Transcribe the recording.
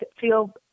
feel